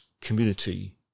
community